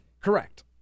Correct